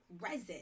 resin